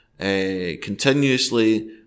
continuously